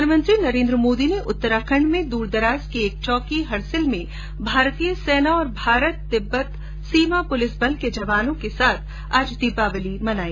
प्रधानमंत्री नरेन्द्र मोदी ने उत्तराखंड में दूर दराज की एक चौकी हरसिल में भारतीय सेना तथा भारत तिब्बत पुलिस बल के जवानों के साथ आज दीपावली मनाई